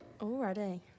Already